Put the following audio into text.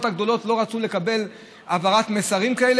הגדולות כבר לא רצו לקבל העברות מסרים כאלה,